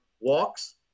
walks